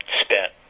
spent